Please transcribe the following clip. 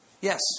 Yes